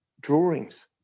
drawings